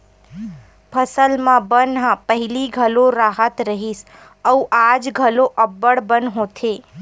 फसल म बन ह पहिली घलो राहत रिहिस अउ आज घलो अब्बड़ बन होथे